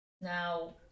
Now